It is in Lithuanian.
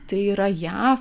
tai yra jav